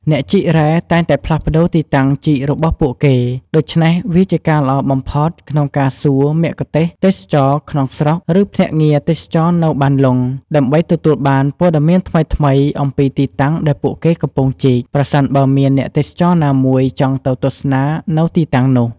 អ្នកជីករ៉ែតែងតែផ្លាស់ប្តូរទីតាំងជីករបស់ពួកគេ ដូច្នេះវាជាការល្អបំផុតក្នុងការសួរមគ្គុទ្ទេសក៍ទេសចរណ៍ក្នុងស្រុក ឬភ្នាក់ងារទេសចរណ៍នៅបានលុង ដើម្បីទទួលបានព័ត៌មានថ្មីៗអំពីទីតាំងដែលពួកគេកំពុងជីក ប្រសិនបើមានអ្នកទេសចរណាមួយចង់ទៅទស្សនានៅទីតាំងនោះ។